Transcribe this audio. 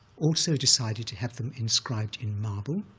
also decided to have them inscribed in marble,